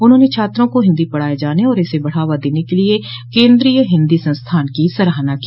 उन्होंने छात्रों को हिन्दी पढ़ाये जाने और इसे बढ़ावा देने के लिए केन्द्रीय हिन्दी संस्थान की सराहना की